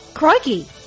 Crikey